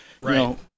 Right